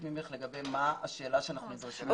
ממך בכתב לגבי השאלה שאנחנו נדרשים לה.